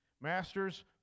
Masters